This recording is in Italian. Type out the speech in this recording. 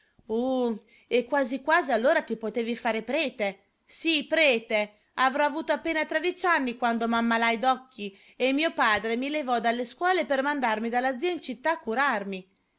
uh e quasi quasi allora ti potevi far prete sì prete avrò avuto appena tredici anni quando ammalai d'occhi e mio padre mi levò dalle scuole per mandarmi dalla zia in città a curarmi